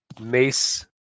Mace